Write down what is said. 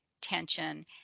tension